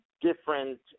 different